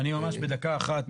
אני ממש בדקה אחת,